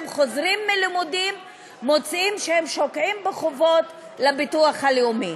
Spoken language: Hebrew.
הם חוזרים מלימודים ומוצאים שהם שקועים בחובות לביטוח הלאומי.